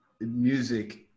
music